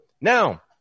now